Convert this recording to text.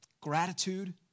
gratitude